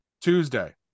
Tuesday